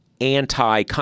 anti